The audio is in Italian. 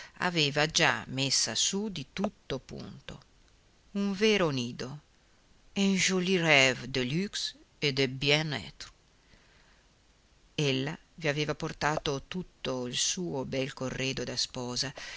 aveva già messa su di tutto punto un vero nido un joli rve de luxe et de bien tre ella vi aveva portato tutto il suo bel corredo da sposa